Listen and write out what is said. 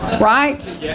right